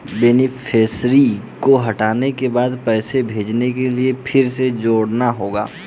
beneficiary को हटाने के बाद पैसे भेजने के लिए फिर से जोड़ना होगा